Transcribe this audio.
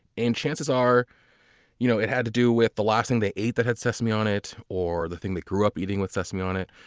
and chance are you know it had to do with the last thing they ate that had sesame on it or the thing that grew up eating with sesame on it.